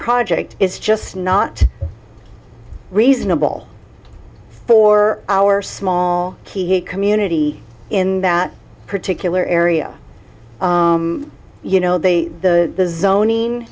project is just not reasonable for our small key a community in that particular area you know they the zoning